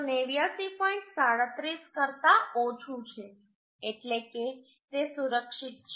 37 કરતાં ઓછું છે એટલે કે તે સુરક્ષિત છે